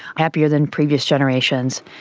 happier than previous generations,